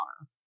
honor